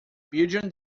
belgium